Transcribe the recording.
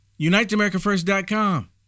UniteAmericaFirst.com